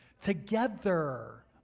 Together